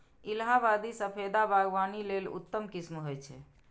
इलाहाबादी सफेदा बागवानी लेल उत्तम किस्म होइ छै